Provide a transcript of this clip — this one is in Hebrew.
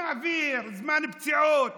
נעביר זמן פציעות,